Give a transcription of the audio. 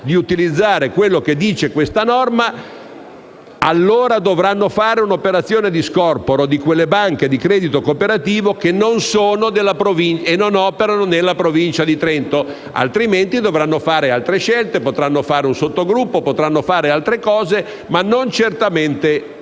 di utilizzare quello che prevede questa norma, allora dovranno fare un'operazione di scorporo di quelle banche di credito cooperativo che non operano nella Provincia di Trento, altrimenti dovranno fare altre scelte: potranno fare un sottogruppo o altre cose, ma non certamente